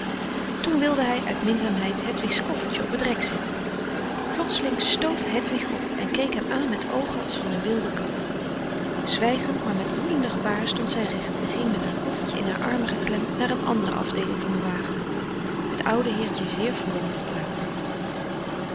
toen wilde hij uit minzaamheid hedwig's koffertje op het rek zetten plotseling stoof hedwig op en keek hem aan met oogen als van een wilde kat zwijgend maar met woedende gebaren stond zij recht en ging met haar koffertje in haar armen geklemd naar een andere afdeeling van den wagen het oude heertje zeer verwonderd latend